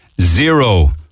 zero